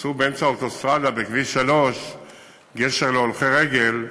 עשו באמצע האוטוסטרדה בכביש 3 גשר להולכי רגל,